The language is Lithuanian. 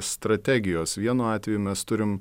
strategijos vienu atveju mes turim